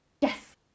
yes